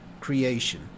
creation